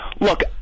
Look